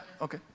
okay